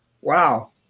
Wow